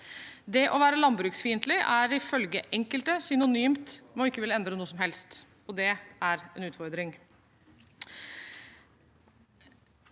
Det å være landbruksvennlig er ifølge enkelte synonymt med ikke å ville endre noe som helst, og det er en utfordring.